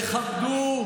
תכבדו.